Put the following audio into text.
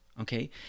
okay